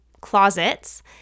closets